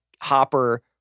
hopper